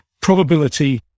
probability